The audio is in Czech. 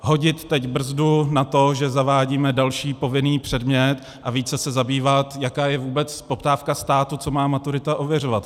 Hodit teď brzdu na to, že zavádíme další povinný předmět, a více se zabývat tím, jaká je vůbec poptávka státu, co má maturita ověřovat.